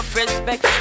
respect